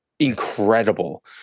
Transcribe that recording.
Incredible